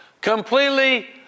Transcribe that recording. Completely